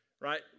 right